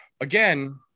again